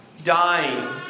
dying